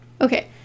Okay